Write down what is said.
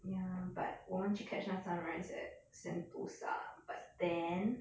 oh ya but 我们去 catch 那 sunrise at sentosa but then